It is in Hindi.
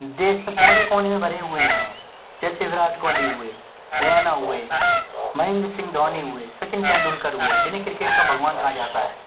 देश के कोने कोने में भरे हुए हैं जैसे विराट कोहली हुए रैना हुए महेंद्र सिंह धोनी हुए सचिन तेंदुलकर हुए जिन्हे क्रिकेट का भगवान कहा जाता है